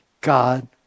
God